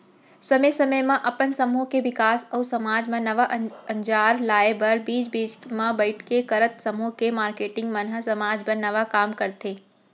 समे समे म अपन समूह के बिकास अउ समाज म नवा अंजार लाए बर बीच बीच म बइठक करत समूह के मारकेटिंग मन ह समाज बर नवा काम करथे